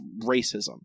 racism